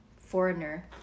foreigner